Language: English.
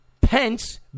Pence